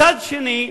מצד שני,